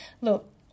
Look